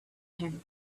him